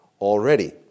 already